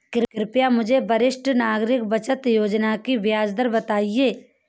कृपया मुझे वरिष्ठ नागरिक बचत योजना की ब्याज दर बताएं?